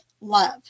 love